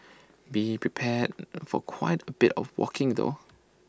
be prepared for quite A bit of walking though